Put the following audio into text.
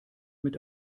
mit